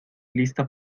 lista